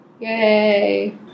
Yay